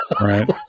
Right